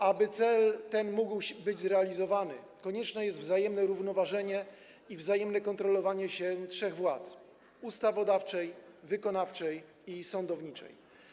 Aby ten cel mógł być zrealizowany, konieczne jest wzajemne równoważenie i wzajemne kontrolowanie się trzech władz: ustawodawczej, wykonawczej i sądowniczej.